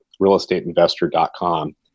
realestateinvestor.com